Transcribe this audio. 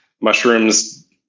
Mushrooms